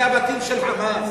זה בתים של "חמאס"?